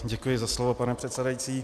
Děkuji za slovo, pane předsedající.